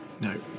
No